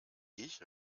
ich